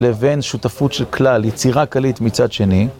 לבין שותפות של כלל, יצירה כללית מצד שני.